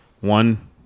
One